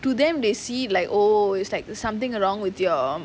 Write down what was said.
to them they see like oh is like something along with your